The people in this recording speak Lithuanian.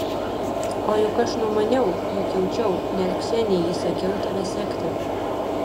o juk aš numaniau juk jaučiau net ksenijai įsakiau tave sekti